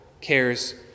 cares